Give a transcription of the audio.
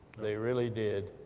they really did.